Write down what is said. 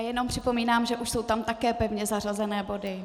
Jenom připomínám, že už jsou tam také pevně zařazené body.